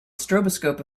stroboscope